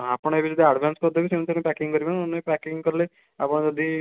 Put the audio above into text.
ଆପଣ ଏବେ ଯଦି ଆଡ଼ଭାନ୍ସ କରିଦେବେ ସେମିତି ଆମେ ପ୍ୟାକିଙ୍ଗ୍ କରିଦେବୁ ନହେଲେ ପ୍ୟାକିଙ୍ଗ୍ କଲେ ଆପଣ ଯଦି